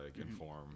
inform